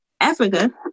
Africa